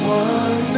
one